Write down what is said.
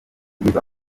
bieber